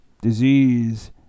disease